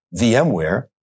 VMware